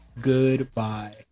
Goodbye